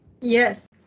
Yes